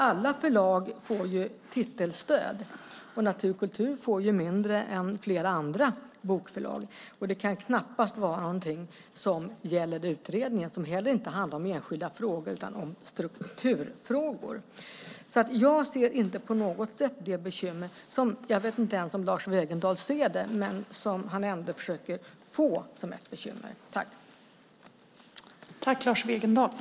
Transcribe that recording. Alla förlag får titelstöd, och Natur & Kultur får mindre än flera andra bokförlag. Det kan knappast vara något som gäller utredningen, som inte heller handlar om enskilda frågor utan om strukturfrågor. Jag ser inte på något sätt det som ett bekymmer. Jag vet inte ens om Lars Wegendal ser det, men han försöker ändå att få det som ett bekymmer.